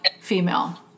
female